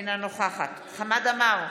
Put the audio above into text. אינה נוכחת חמד עמאר,